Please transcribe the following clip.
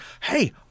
hey